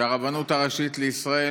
שהרבנות הראשית לישראל,